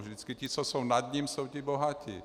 Vždycky ti, co jsou nad ním, jsou ti bohatí.